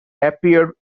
appear